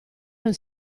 non